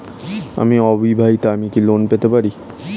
আমি অবিবাহিতা আমি কি লোন পেতে পারি?